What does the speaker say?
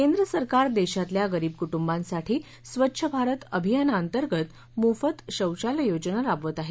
केंद्र सरकार देशातल्या गरीब कूटुंबांसाठी स्वच्छ भारत अभियानाअंतर्गत मोफत शौचालय योजना राबवत आहे